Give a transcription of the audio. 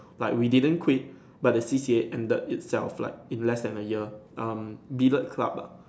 but we didn't quit but the C_C_A ended itself like in less than a year um billet club ah